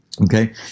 Okay